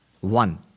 One